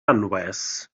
anwes